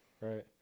Right